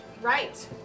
right